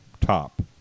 top